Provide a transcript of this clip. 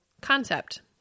concept